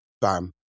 bam